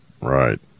Right